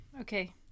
Okay